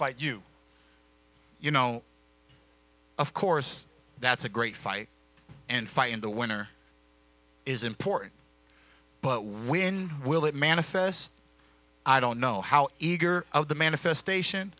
fight you you know of course that's a great fight and fight in the winner is important but when will it manifest i don't know how eager of the manifestation